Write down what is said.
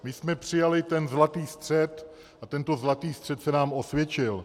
My jsme přijali ten zlatý střed a tento zlatý střed se nám osvědčil.